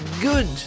good